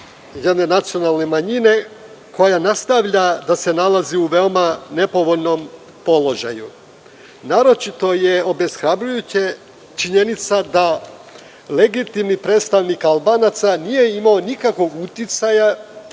jedne nacionalne manjine koja nastavlja da se nalazi u veoma nepovoljnom položaju. Naročito je obeshrabrujuća činjenica da legitimni predstavnik Albanaca nije imao nikakvog uticaja